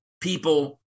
people